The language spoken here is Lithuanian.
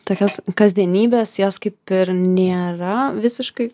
tokios kasdienybės jos kaip ir nėra visiškai